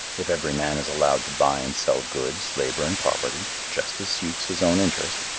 if every man is allowed to buy and sell goods, labor and property, just as suits his own interest,